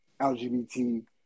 LGBT